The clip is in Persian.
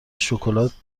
شکلات